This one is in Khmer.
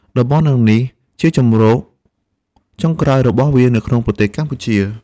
តំបន់ទាំងនេះជាជម្រកចុងក្រោយរបស់វានៅក្នុងប្រទេសកម្ពុជា។